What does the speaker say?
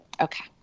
Okay